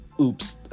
oops